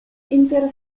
inter